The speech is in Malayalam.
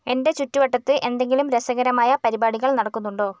എൻ്റെ ചുറ്റുവട്ടത്ത് എന്തെങ്കിലും രസകരമായ പരിപാടികൾ നടക്കുന്നുണ്ടോ